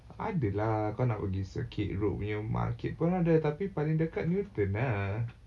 ada lah kau nak pergi circuit road punya market pun ada tapi paling dekat newton ah